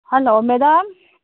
hello madam